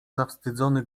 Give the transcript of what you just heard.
zawstydzony